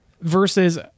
versus